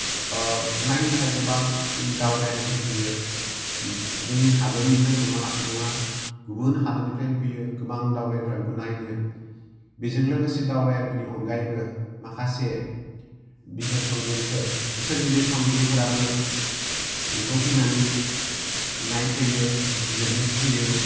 नायनो थाखाय गोबां दावबायारिफोर फैयो जोंनि हादरनिनो नङा गुबुन हादरनिफ्रायबो फैयो गोबां दावबायारिफोरा बेखौ नायनो बिजों लोगोसे दावबायारिफोरनि अनगायैबो माखासे बिजिरसंगिरिफोर बिसोर बिजिरसंगिरिफोराबो बेखौ फैनानै नायफैयो बिजिरनो फैयो